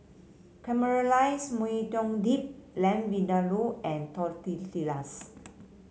Caramelized Maui Dip Lamb Vindaloo and Tortillas